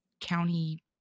county